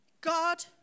God